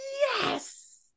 yes